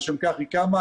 לשם כך היא קמה.